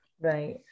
right